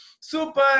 super